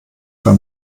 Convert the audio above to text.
für